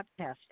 podcast